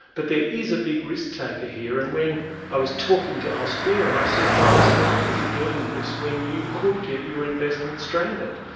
but there is a big risk-taker here, and when i was talking to hospira i said, guys, why are you doing this when you could get your investment stranded?